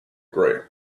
gray